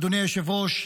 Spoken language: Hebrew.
אדוני היושב-ראש,